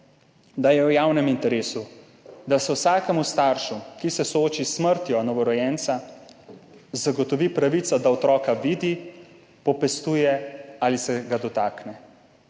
da je v javnem interesu, da se vsakemu staršu, ki se sooči s smrtjo novorojenca, zagotovi pravica, da otroka vidi, popestuje ali se ga dotakne,